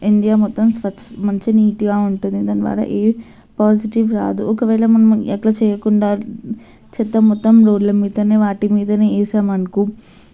India మొత్తం స్వచ్ఛ మంచి నీటిగా ఉంటుంది దాని ద్వారా ఏ పాజిటివ్ రాదు ఒకవేళ మనము అట్లా చేయకుండా చెత్త మొత్తం రోడ్ల మీదనే వాటి మీదనే వేసామనుకో